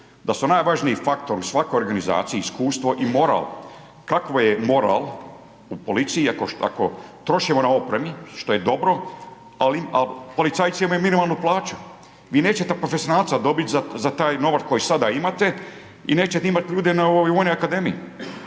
da su najvažniji faktori u svakoj organizaciji iskustvo i moral. Kakav je moral u policiji ako trošimo na opremi, što je dobro, a policajci imaju minimalnu plaću. Vi nećete profesionalca dobiti za taj novac koji sada imate i nećete imati ljude na ovoj